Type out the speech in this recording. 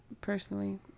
personally